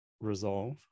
resolve